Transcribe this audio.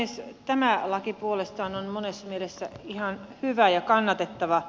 tämä laki puolestaan on monessa mielessä ihan hyvä ja kannatettava